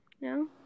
No